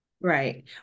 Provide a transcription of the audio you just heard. right